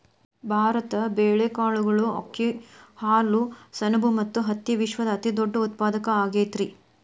ಭಾರತ ಬೇಳೆ, ಕಾಳುಗಳು, ಅಕ್ಕಿ, ಹಾಲು, ಸೆಣಬ ಮತ್ತ ಹತ್ತಿಯ ವಿಶ್ವದ ಅತಿದೊಡ್ಡ ಉತ್ಪಾದಕ ಆಗೈತರಿ